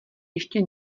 ještě